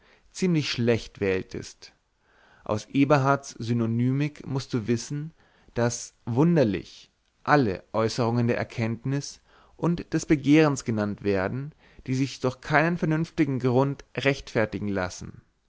ziemlich schlecht wähltest aus eberhards synonymik mußt du wissen daß wunderlich alle äußerungen der erkenntnis und des begehrens genannt werden die sich durch keinen vernünftigen grund rechtfertigen lassen